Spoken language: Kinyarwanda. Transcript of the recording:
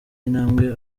intambwe